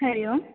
हरिः ओम्